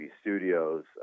studios